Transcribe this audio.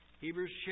Hebrews